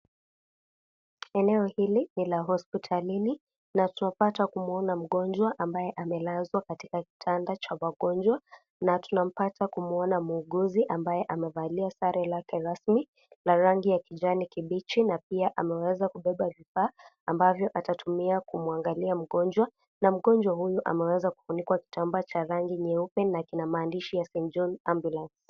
Eneo hili, ni la hospitalini na tunapata kumuona mgonjwa ambaye amelazwa katika kitanda cha wagonjwa na tunampata kumwona muuguzi ambaye amevalia sare lake rasmi na rangi ya kijani kibichi na pia ameweza kubeba vifaa ambavyo atatumia kumwangalia mgonjwa na mgonjwa huyu ameweza kufunikwa kitambaa cha rangi nyeupe na kina maandishi ya St. John ambulance.